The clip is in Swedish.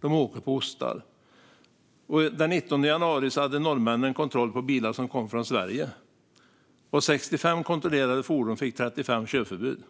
De åker som på ostar. Den 19 januari kontrollerade norrmännen bilar som kom från Sverige. Av 65 kontrollerade fordon fick 35 körförbud.